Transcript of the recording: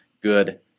good